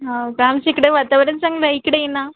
हो का आमच्या इकडे वातावरण चांगलं आहे इकडे ये ना